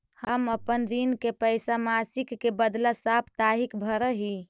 हम अपन ऋण के पैसा मासिक के बदला साप्ताहिक भरअ ही